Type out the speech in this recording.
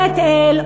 בית-אל,